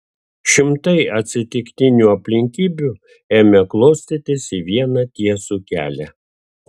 šimtai atsitiktinių aplinkybių ėmė klostytis į vieną tiesų kelią